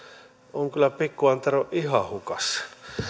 on kyllä pikku antero ihan hukassa